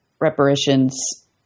reparations